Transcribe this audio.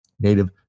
native